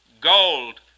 gold